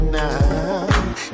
now